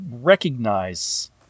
recognize